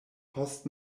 post